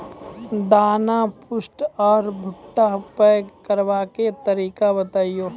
दाना पुष्ट आर भूट्टा पैग करबाक तरीका बताऊ?